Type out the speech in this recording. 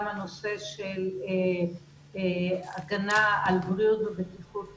הנושא של הגנה על בריאות ובטיחות לילדים.